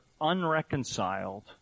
unreconciled